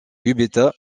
gubetta